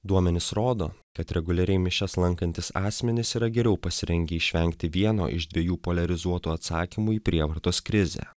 duomenys rodo kad reguliariai mišias lankantys asmenys yra geriau pasirengę išvengti vieno iš dviejų poliarizuotų atsakymų į prievartos krizę